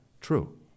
True